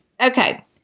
Okay